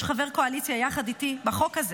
יש חבר קואליציה יחד איתי בחוק הזה,